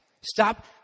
Stop